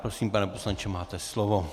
Prosím, pane poslanče, máte slovo.